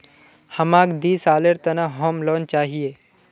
हमाक दी सालेर त न होम लोन चाहिए